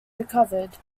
recovered